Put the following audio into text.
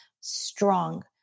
strong